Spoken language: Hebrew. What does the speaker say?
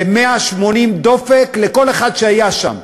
זה 180 דופק לכל אחד שהיה שם,